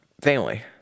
family